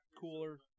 cooler